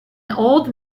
old